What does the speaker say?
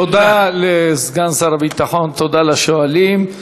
תודה לסגן שר הביטחון, תודה לשואלים.